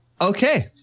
Okay